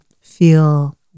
feel